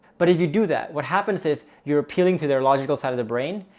but if you do that, what happens is you're appealing to their logical side of the brain.